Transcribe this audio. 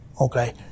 okay